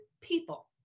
people